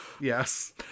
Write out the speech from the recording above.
yes